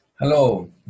Hello